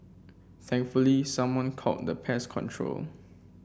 thankfully someone called the pest control